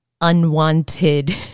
unwanted